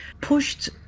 pushed